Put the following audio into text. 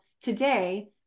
today